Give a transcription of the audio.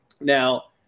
Now